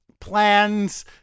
plans